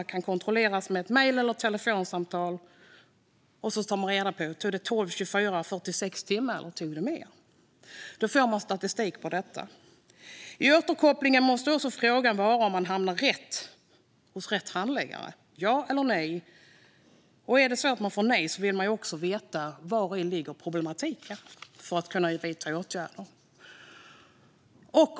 Det kan kontrolleras med ett mail eller telefonsamtal, och så kan man ta reda på om det tog 12, 24, 46 timmar eller mer. Då får man statistik på detta. I återkopplingen måste också en fråga vara om företagaren hamnade hos rätt handläggare - ja eller nej. Om svaret är nej vill man också veta vari problematiken ligger för att kunna vidta åtgärder.